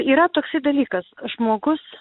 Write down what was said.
yra toksai dalykas žmogus